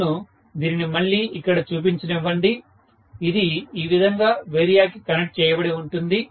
నన్ను దీనిని మళ్లీ ఇక్కడ చూపించనివ్వండి ఇది ఈ విధంగా వేరియాక్ కి కనెక్ట్ చేయబడి ఉంటుంది